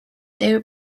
their